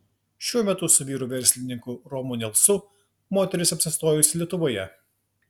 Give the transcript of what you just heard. šiuo metu su vyru verslininku romu nelsu moteris apsistojusi lietuvoje